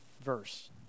verse